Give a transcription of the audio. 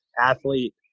athlete